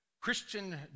Christian